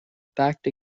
backed